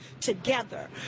together